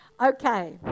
Okay